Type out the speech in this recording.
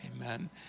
Amen